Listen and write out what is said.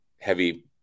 heavy